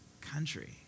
country